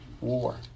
war